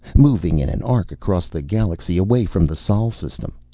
moving in an arc across the galaxy, away from the sol system.